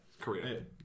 Korea